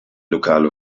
lokale